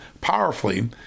powerfully